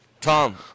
Tom